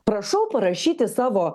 prašau parašyti savo